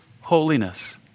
holiness